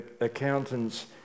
Accountants